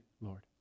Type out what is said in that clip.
Lord